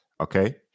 Okay